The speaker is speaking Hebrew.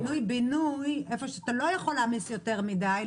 אנחנו גם הצענו פינוי-בינוי איפה שאתה לא יכול להעמיס יותר מדי,